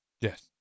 Yes